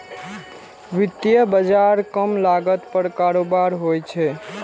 वित्तीय बाजार कम लागत पर कारोबार होइ छै